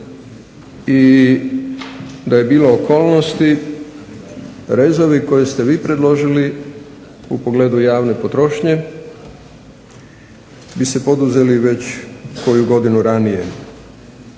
I da je bilo okolnosti rezovi koje ste vi predložili u pogledu javne potrošnje bi se poduzeli već koju godinu ranije.